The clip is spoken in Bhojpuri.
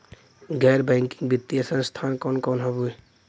गैर बैकिंग वित्तीय संस्थान कौन कौन हउवे?